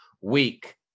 week